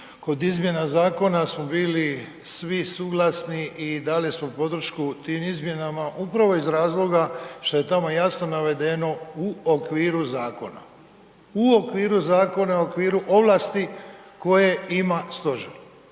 kod izmjena zakona smo bili svi suglasni i dali smo podršku tim izmjenama upravo iz razloga što je tamo jasno navedeno „u okviru zakona“, u okviru zakona, u okviru ovlasti koje ima stožer.